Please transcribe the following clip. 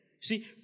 See